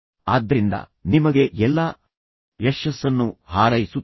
ಆದ್ದರಿಂದ ನಿಮಗೆ ಎಲ್ಲಾ ಯಶಸ್ಸನ್ನು ಹಾರೈಸುತ್ತೇನೆ